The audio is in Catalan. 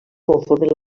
conformen